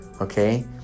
Okay